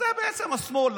זה השמאל.